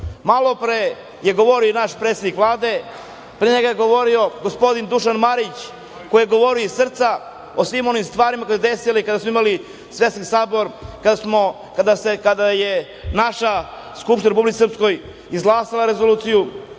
Malopre je govorio naš predsednik Vlade, pre njega je govorio gospodin Dušan Marić, koji je govorio iz srca o svim onim stvarima koje su se desile kada smo imali Svesrpski sabor, kada je naša Skupština u Republici Srpskoj izglasala